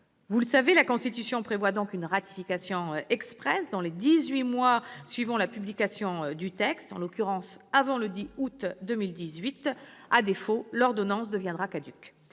Vous le savez, la Constitution prévoit une ratification expresse dans les dix-huit mois suivant la publication du texte, en l'occurrence avant le 10 août 2018. À défaut, l'ordonnance deviendra caduque.